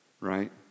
right